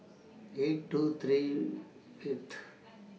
eight two three Fifth